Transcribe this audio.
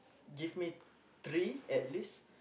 give me three at least